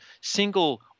single